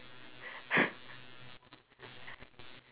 <S<